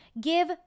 Give